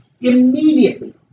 Immediately